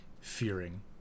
fearing